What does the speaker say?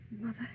Mother